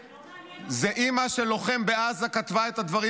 זו אימא של לוחם בעזה שכתבה את זה,